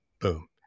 Boom